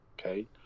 okay